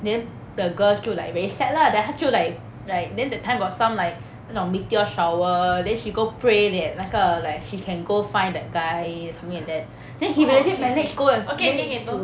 then the girl 就 like very sad lah then 她就 like like then that time got some like 那种 meteor shower then she go pray that 那个 like she can go find that guy something like that then he legit manage go and